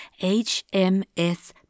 HMS